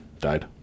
died